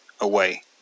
Away